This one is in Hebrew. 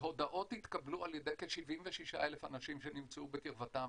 והודעות התקבלו על ידי כ-76,000 אנשים שנמצאו בקרבתם.